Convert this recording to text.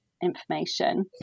information